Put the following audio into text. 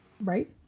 Right